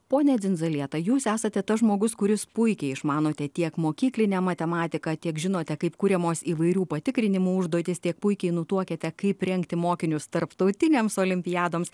pone dzindzalieta jūs esate tas žmogus kuris puikiai išmanote tiek mokyklinę matematiką tiek žinote kaip kuriamos įvairių patikrinimų užduotys tiek puikiai nutuokiate kaip rengti mokinius tarptautinėms olimpiadoms